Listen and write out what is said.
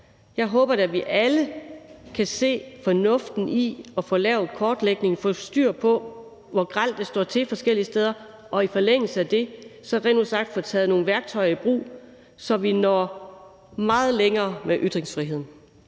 Jeg håber da, at vi alle kan se fornuften i at få lavet en kortlægning og få styr på, hvor grelt det står til forskellige steder, og i forlængelse af det så rent ud sagt få taget nogle værktøjer i brug, så vi når meget længere med ytringsfriheden.